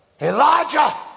Elijah